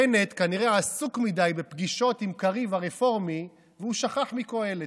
בנט כנראה עסוק מדי בפגישות עם קריב הרפורמי והוא שכח מקהלת.